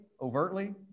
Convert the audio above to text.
overtly